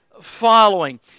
following